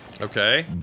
Okay